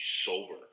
sober